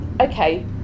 okay